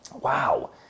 Wow